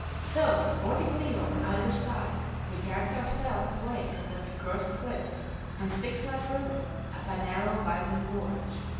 so, supporting leo on either side, we dragged ourselves away from that accursed cliff and styx-like river up a narrow, winding gorge.